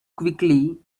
quickly